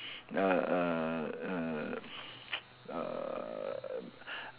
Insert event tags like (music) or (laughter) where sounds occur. err err err (noise) err